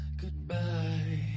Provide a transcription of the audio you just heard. goodbye